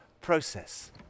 process